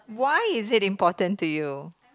why is it important to you